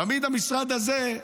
תמיד המשרד הזה,